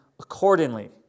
accordingly